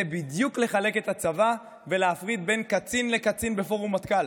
זה בדיוק לחלק את הצבא ולהפריד בין קצין לקצין בפורום מטכ"ל,